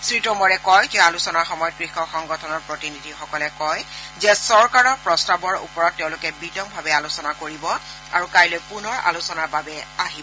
শ্ৰীটোমৰে কয় যে আলোচনাৰ সময়ত কৃষক সংগঠনৰ প্ৰতিনিধিসকলে কয় যে চৰকাৰৰ প্ৰস্তাৱৰ ওপৰত তেওঁলোকে বিতংভাৱে আলোচনা কৰিব আৰু কাইলৈ পুনৰ আলোচনাৰ বাবে আহিব